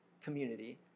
community